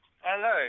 Hello